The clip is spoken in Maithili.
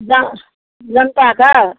जन जनता कऽ